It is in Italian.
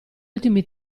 ultimi